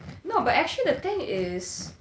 no but actually the thing is